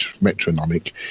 metronomic